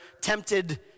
tempted